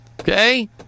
Okay